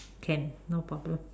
can no problem